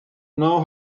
know